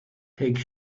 take